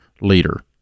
leader